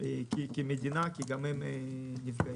כי גם הם נפגעים.